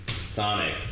Sonic